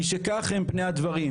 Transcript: משכך הם פני הדברים,